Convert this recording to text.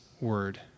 word